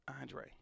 Andre